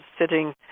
sitting